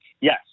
Yes